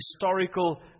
historical